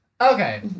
Okay